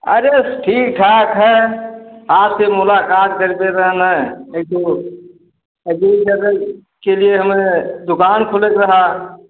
अरे ठीक ठाक है आपसे मुलाक़ात करके रहना है एक ठो के लिए हमे दुकान खोलत रहा